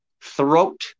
throat